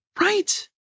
Right